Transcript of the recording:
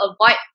avoid